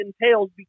entails